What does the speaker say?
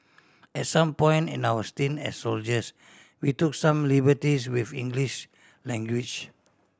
at some point in our stint as soldiers we took some liberties with English language